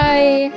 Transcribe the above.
Bye